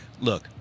Look